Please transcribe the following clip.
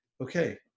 Okay